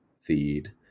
feed